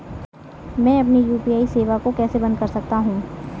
मैं अपनी यू.पी.आई सेवा को कैसे बंद कर सकता हूँ?